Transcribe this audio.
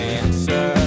answer